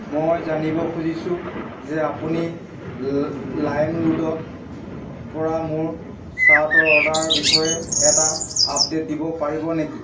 মই জানিব খুজিছোঁ যে আপুনি লা লাইম ৰোডত পৰা মোৰ শ্বাৰ্টৰ অৰ্ডাৰৰ বিষয়ে এটা আপডেট দিব পাৰিব নেকি